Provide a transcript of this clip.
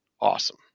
awesome